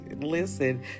Listen